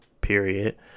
Period